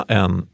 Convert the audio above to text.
en